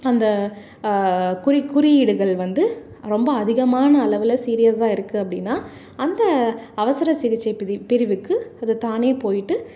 அந்த குறி குறியீடுகள் வந்து ரொம்ப அதிகமான அளவில் சீரியஸாக இருக்குது அப்படின்னா அந்த அவசர சிகிச்சை பிரி பிரிவுக்கு அது தானே போயிட்டு